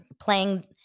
playing